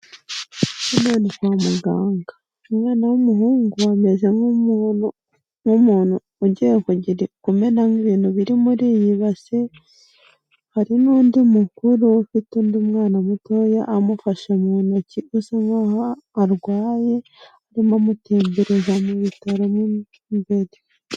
Umwana kwa muganga. Umwana w'umuhungu ameze nk'umuntu ugiye kumena nk'ibintu biri muri iyi base. Hari n'undi mugore ufite undi mwana mutoya, amufashe mu ntoki usa nk'aho arwaye, arimo amutembereza mu bitaro.